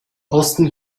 osten